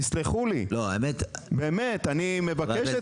תסלחו לי, באמת, אני מבקש את סליחתכם.